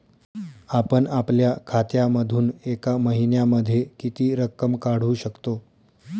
आपण आपल्या खात्यामधून एका महिन्यामधे किती रक्कम काढू शकतो?